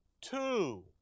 two